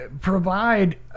provide